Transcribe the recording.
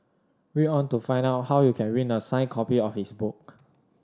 read on to find out how you can win a signed copy of his book